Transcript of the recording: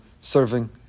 serving